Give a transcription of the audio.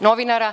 novinara.